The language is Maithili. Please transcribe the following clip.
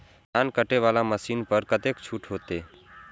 धान कटे वाला मशीन पर कतेक छूट होते?